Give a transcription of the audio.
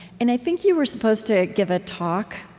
and i think you were supposed to give a talk,